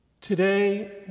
Today